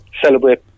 celebrate